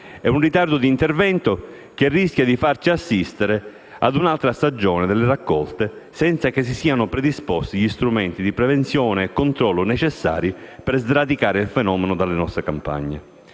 e di intervento, che rischia di farci assistere ad un'altra stagione delle raccolte senza che siano stati predisposti gli strumenti di prevenzione e controllo necessari per sradicare il fenomeno dalle nostre campagne.